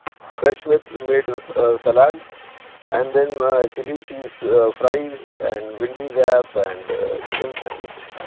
fresh made made salads and then chili cheese fries and wendy's app and chicken sandwich.